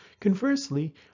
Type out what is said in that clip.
Conversely